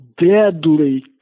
deadly